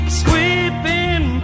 sweeping